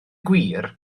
gwir